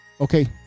Okay